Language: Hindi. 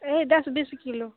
यही दस बीस किलो